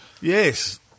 Yes